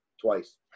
twice